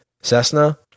Cessna